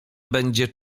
będzie